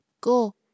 Go